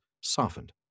softened